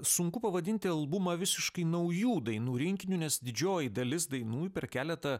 sunku pavadinti albumą visiškai naujų dainų rinkiniu nes didžioji dalis dainų per keletą